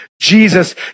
Jesus